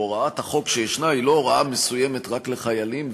והוראת החוק שישנה היא לא הוראה מסוימת רק לחיילים,